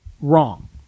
wrong